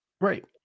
right